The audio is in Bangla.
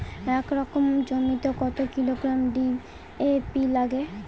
এক একর জমিতে কত কিলোগ্রাম ডি.এ.পি লাগে?